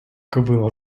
кобила